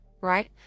right